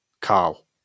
Carl